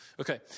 Okay